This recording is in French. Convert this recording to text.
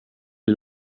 les